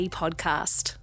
podcast